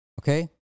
Okay